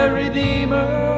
redeemer